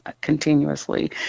continuously